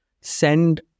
send